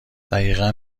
دقیقا